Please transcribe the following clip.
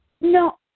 No